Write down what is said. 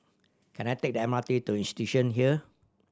can I take the M R T to Institution Hill